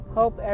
hope